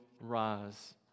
rise